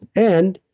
and